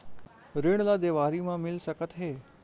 ऋण ला देवारी मा मिल सकत हे